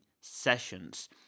Sessions